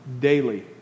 daily